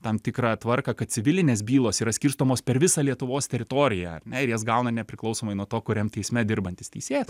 tam tikrą tvarką kad civilinės bylos yra skirstomos per visą lietuvos teritoriją ar ne ir jas gauna nepriklausomai nuo to kuriam teisme dirbantis teisėjas